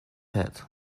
head